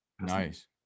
Nice